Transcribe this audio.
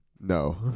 No